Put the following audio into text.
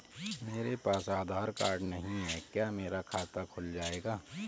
मेरे पास आधार कार्ड नहीं है क्या मेरा खाता खुल जाएगा?